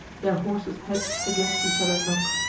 their horses' heads against each other knock.